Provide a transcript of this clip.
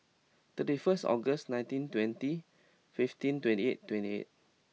thirty first August nineteen twenty fifteen twenty eight twenty eight